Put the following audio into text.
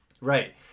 Right